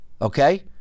okay